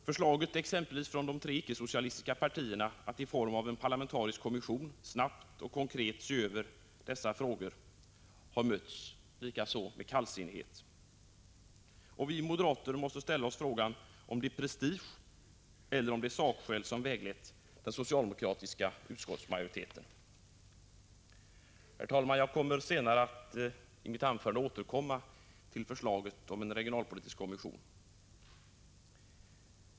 Förslaget från de tre icke-socialistiska partierna att i form av en parlamentarisk kommission snabbt och konkret se över dessa frågor har likaså mötts med kallsinnighet. Vi moderater måste ställa oss frågan om det är prestige eller sakskäl som väglett den socialdemokratiska utskottsmajoriteten. Herr talman, jag kommer senare i mitt anförande att återkomma till förslaget om en regionalpolitisk kommission.